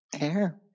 Air